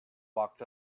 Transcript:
walked